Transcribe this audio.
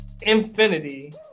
infinity